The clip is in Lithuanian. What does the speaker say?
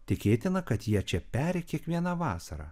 tikėtina kad jie čia peri kiekvieną vasarą